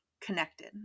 connected